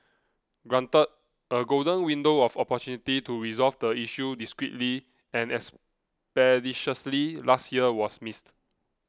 granted a golden window of opportunity to resolve the issue discreetly and expeditiously last year was missed